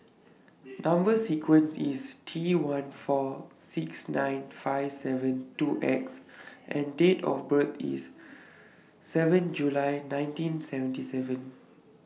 Number sequence IS T one four six nine five seven two X and Date of birth IS seven July nineteen seventy seven